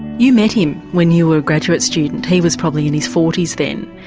you met him when you were a graduate student, he was probably in his forty s then,